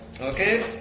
Okay